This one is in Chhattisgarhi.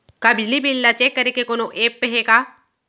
का बिजली बिल ल चेक करे के कोनो ऐप्प हे का?